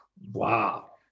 Wow